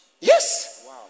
yes